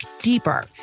deeper